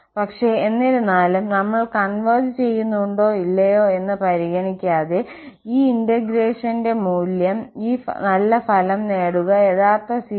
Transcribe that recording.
പക്ഷേ എന്നിരുന്നാലും നമ്മൾ കൺവെർജ്സ് ചെയ്യുന്നുണ്ടോ ഇല്ലയോ എന്ന് പരിഗണിക്കാതെ ഈ ഇന്റഗ്രേഷന്റെ തുല്യത മൂലം ഈ നല്ല ഫലം നേടുക യഥാർത്ഥ സീരീസ്